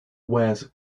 wears